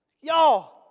Y'all